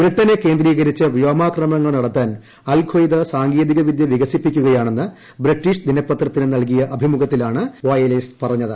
ബ്രിട്ടനെ കേന്ദ്രീകരിച്ച് വ്യോമാക്രമണങ്ങൾ നടത്താൻ അൽ ഖയ്ദ് സാങ്കേതിക വിദ്യ വികസിപ്പിക്കുകയാണെന്ന് ബ്രിട്ടീഷ് ദിനപത്രത്തിന് നൽകിയ അഭിമുഖത്തിൽ വാലേയ്സ് പറഞ്ഞു